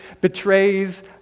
betrays